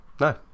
No